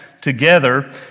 together